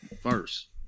first